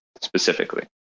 specifically